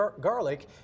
Garlic